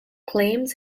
claims